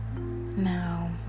Now